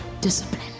discipline